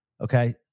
Okay